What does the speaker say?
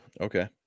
Okay